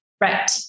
Right